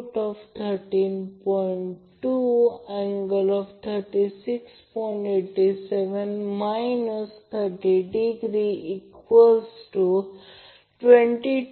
तर ते या दिशेने Van आहे याचा अर्थ हे माझे म्हणणे आहे मी फक्त एक